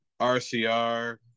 RCR